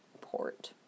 port